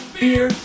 beer